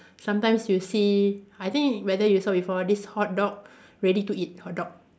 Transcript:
sometime you see I think whether you saw before this hot dog ready to eat hot dog